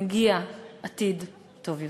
מגיע עתיד טוב יותר.